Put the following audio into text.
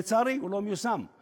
לצערי, הוא לא מיושם.